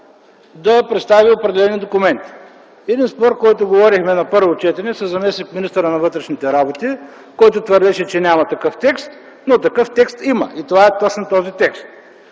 да представи определени документи – един спор, който водихме на първо четене със заместник-министъра на вътрешните работи, който твърдеше, че няма такъв текст, но такъв текст има и това е точно този текст.